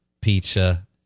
pizza